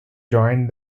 joined